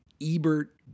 Ebert